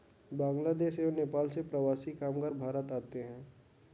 बांग्लादेश एवं नेपाल से प्रवासी कामगार भारत आते हैं